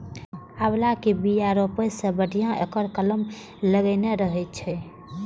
आंवला के बिया रोपै सं बढ़िया एकर कलम लगेनाय रहै छै